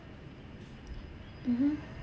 mmhmm